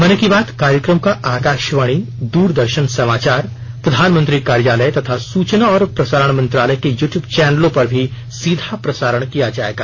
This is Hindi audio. मन की बात कार्यक्रम का आकाशवाणी दूरदर्शन समाचार प्रधानमंत्री कार्यालय तथा सूचना और प्रसारण मंत्रालय के यूट्यूब चैनलों पर भी सीधा प्रसारण किया जायेगा